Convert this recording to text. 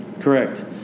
Correct